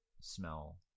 smell